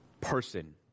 person